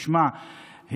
תשמע,